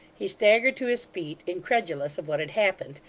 he staggered to his feet, incredulous of what had happened,